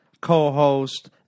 co-host